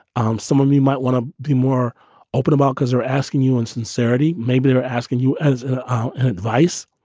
um someone you might wanna be more open about because they're asking you in sincerity. maybe they're asking you as an advice.